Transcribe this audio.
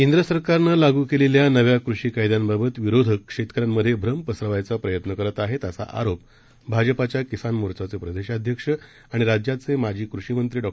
केंद्रसरकारनंलागूकेलेल्यानव्याकृषीकायद्यांबाबत विरोधकशेतकऱ्यांमधेभ्रमपसरावायचाप्रयत्नकरतआहेत असाआरोपभाजपाच्याकिसानमोर्चाचेप्रदेशाध्यक्षआणिराज्याचेमाजीकृषीमंत्रीडॉ